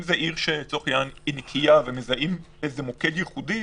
אם זאת עיר שלצורך העניין היא נקייה ומזהים איזה מוקד ייחודי,